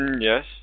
yes